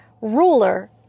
ruler